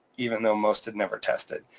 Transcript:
even though most had never tested.